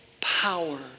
power